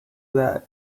that